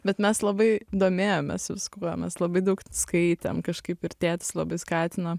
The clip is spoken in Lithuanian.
bet mes labai domėjomės viskuo mes labai daug skaitėm kažkaip ir tėtis labai skatino